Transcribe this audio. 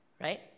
right